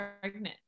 pregnant